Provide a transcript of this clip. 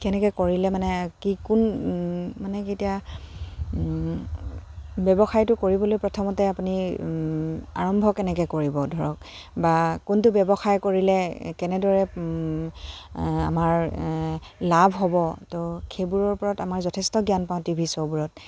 কেনেকৈ কৰিলে মানে কি কোন মানে কেতিয়া ব্যৱসায়টো কৰিবলৈ প্ৰথমতে আপুনি আৰম্ভ কেনেকৈ কৰিব ধৰক বা কোনটো ব্যৱসায় কৰিলে কেনেদৰে আমাৰ লাভ হ'ব ত' সেইবোৰৰ পৰা আমাৰ যথেষ্ট জ্ঞান পাওঁ টিভি শ্ব'বোৰত